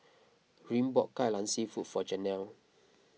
Ryne bought Kai Lan Seafood for Janelle